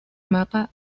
mapa